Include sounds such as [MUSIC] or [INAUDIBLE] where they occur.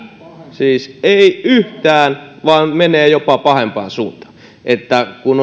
siis ei yhtään vaan menee jopa pahempaan suuntaan kun [UNINTELLIGIBLE]